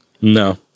No